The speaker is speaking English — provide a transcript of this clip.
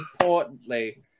importantly